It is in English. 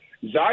Zy